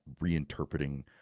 reinterpreting